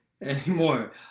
anymore